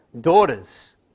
daughters